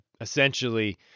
essentially